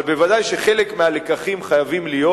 אבל בוודאי שחלק מהלקחים חייבים להיות,